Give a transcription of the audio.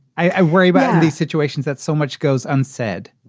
i worry about these situations that so much goes unsaid.